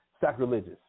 sacrilegious